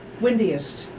Windiest